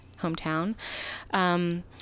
hometown